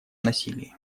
насилии